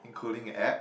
including abs